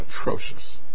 atrocious